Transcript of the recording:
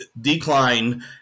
decline